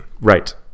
Right